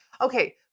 okay